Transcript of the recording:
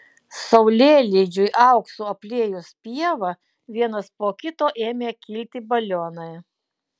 saulėlydžiui auksu apliejus pievą vienas po kito ėmė kilti balionai